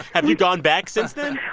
have you gone back since then?